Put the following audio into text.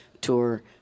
tour